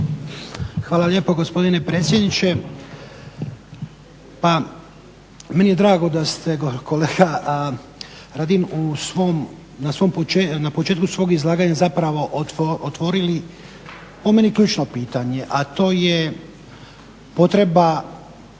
Hvala lijepo gospodine predsjedniče. Pa meni je drago da ste kolega Radin na početku svog izlaganja zapravo otvorili po meni ključno pitanje, a to je potreba